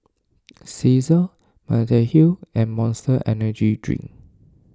Cesar Mediheal and Monster Energy Drink